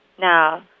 now